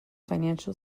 financial